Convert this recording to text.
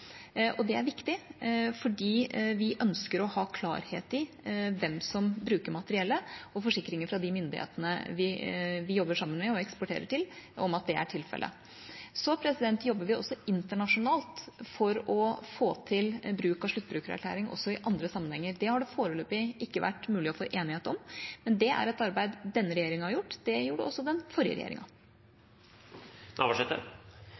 viktig fordi vi ønsker å ha klarhet i hvem som bruker materiellet, og forsikringer fra de myndighetene vi jobber sammen med og eksporterer til, om at det er tilfellet. Vi jobber også internasjonalt for å få til en bruk av sluttbrukererklæring også i andre sammenhenger. Det har det foreløpig ikke vært mulig å få enighet om, men det er et arbeid denne regjeringa har gjort, og det gjorde også den forrige regjeringa.